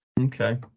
okay